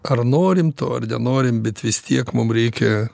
ar norim to ar nenorim bet vis tiek mum reikia